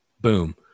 Boom